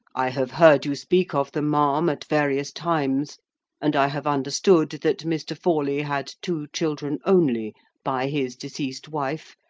i have heard you speak of them, ma'am, at various times and i have understood that mr. forley had two children only by his deceased wife,